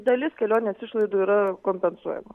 dalis kelionės išlaidų yra kompensuojama